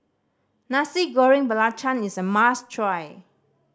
Nasi Goreng Belacan is a must try